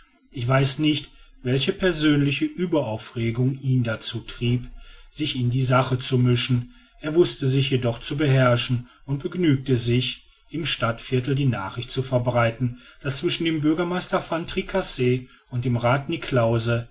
ich weiß nicht welche persönliche ueberaufregung ihn dazu trieb sich in die sache zu mischen er wußte sich jedoch zu beherrschen und begnügte sich im stadtviertel die nachricht zu verbreiten daß zwischen dem bürgermeister van tricasse und dem rath niklausse